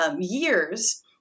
years